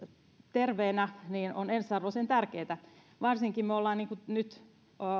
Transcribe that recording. terveenä on ensiarvoisen tärkeätä varsinkin kun olemme nyt